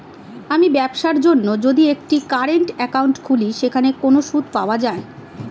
আমি ব্যবসার জন্য যদি একটি কারেন্ট একাউন্ট খুলি সেখানে কোনো সুদ পাওয়া যায়?